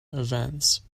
events